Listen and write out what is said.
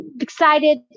excited